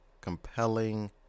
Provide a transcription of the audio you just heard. compelling